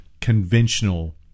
conventional